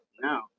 No